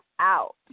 out